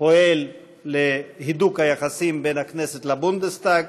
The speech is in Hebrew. פועל להידוק היחסים בין הכנסת לבונדסטאג.